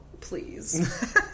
please